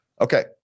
Okay